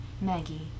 Maggie